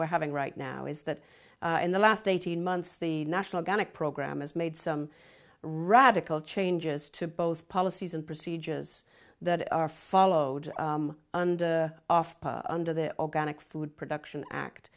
we're having right now is that in the last eighteen months the national gannett program has made some radical changes to both policies and procedures that are followed and off under the organic food production